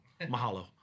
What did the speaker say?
mahalo